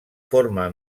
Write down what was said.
forma